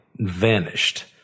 vanished